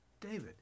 David